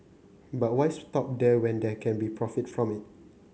but why stop there when they can be profit from it